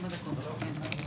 הצוהריים.